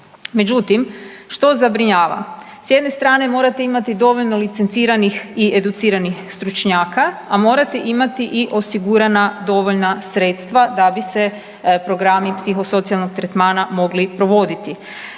Međutim, što zabrinjava? S jedne strane morate imate dovoljno licenciranih i educiranih stručnjaka, a morate imati i osigurana dovoljna sredstva da bi se programi psihosocijalnog tretmana mogli provoditi.